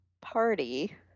party